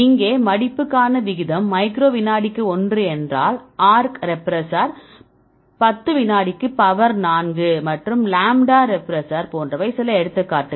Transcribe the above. இங்கே மடிப்புக்கான விகிதம் மைக்ரோ விநாடிக்கு ஒன்று என்றால் arc ரெப்ரஸர் 10 வினாடிக்கு பவர் நான்கு மற்றும் லாம்ப்டா ரெப்ரஸர் போன்றவை சில எடுத்துக்காட்டுகள்